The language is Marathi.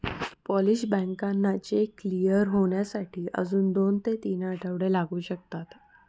पोलिश बँकांना चेक क्लिअर होण्यासाठी अजून दोन ते तीन आठवडे लागू शकतात